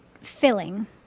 filling